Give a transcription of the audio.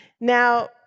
Now